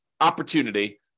opportunity